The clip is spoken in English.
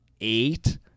eight